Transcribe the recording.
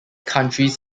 countries